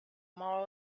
mile